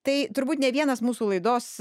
tai turbūt ne vienas mūsų laidos